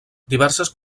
diverses